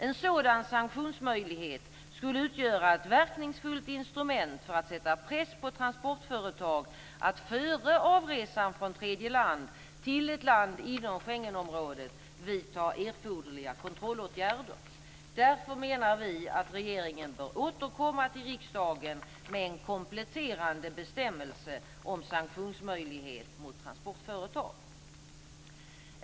En sådan sanktionsmöjlighet skulle utgöra ett verkningsfullt instrument för att sätta press på transportföretag att före avresan från tredje land till ett land inom Schengenområdet vidta erforderliga kontrollåtgärder. Därför menar vi att regeringen bör återkomma till riksdagen med en kompletterande bestämmelse om sanktionsmöjlighet mot transportföretag.